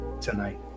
tonight